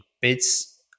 bits